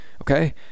okay